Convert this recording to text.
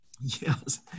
Yes